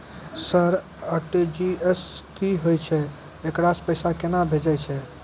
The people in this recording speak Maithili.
सर आर.टी.जी.एस की होय छै, एकरा से पैसा केना भेजै छै?